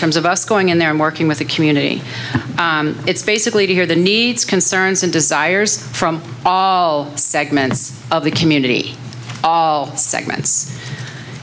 terms of us going in there and working with the community it's basically to hear the needs concerns and desires from all segments of the community all segments